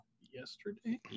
yesterday